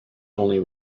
only